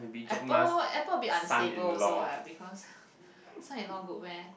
Apple Apple will be unstable also lah because this one you not good meh